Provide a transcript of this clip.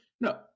No